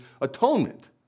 atonement